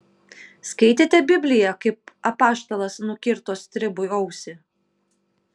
skaitėte bibliją kaip apaštalas nukirto stribui ausį